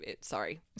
sorry